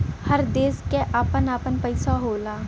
हर देश क आपन आपन पइसा होला